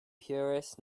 puris